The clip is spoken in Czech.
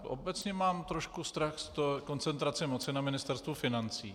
Obecně mám trošku strach z koncentrace moci na Ministerstvu financí.